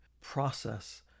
process